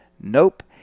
Nope